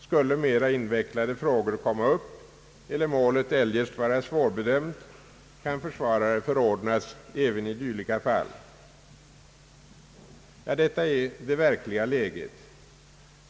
Skulle mera invecklade frågor komma upp eller målet eljest vara svårbedömt kan försvarare förordnas även i dylika fall. Detta är det verkliga läget.